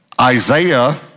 Isaiah